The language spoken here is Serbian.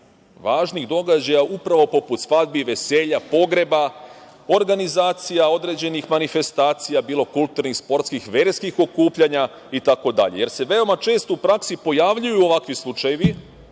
važnih događaja, upravo poput svadbi, veselja, pogreba, organizacija određenih manifestacija, bilo kulturnih, sportskih, verskih okupljanja itd, jer se veoma često u praksi pojavljuju ovakvi slučajevi,